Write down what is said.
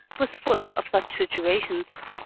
was full of such situations.